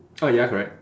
oh ya correct